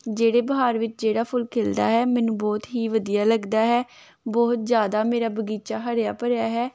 ਜਿਹੜੇ ਬਹਾਰ ਵਿੱਚ ਜਿਹੜਾ ਫੁੱਲ ਖਿੜਦਾ ਹੈ ਮੈਨੂੰ ਬਹੁਤ ਹੀ ਵਧੀਆ ਲੱਗਦਾ ਹੈ ਬਹੁਤ ਜ਼ਿਆਦਾ ਮੇਰਾ ਬਗੀਚਾ ਹਰਿਆ ਭਰਿਆ ਹੈ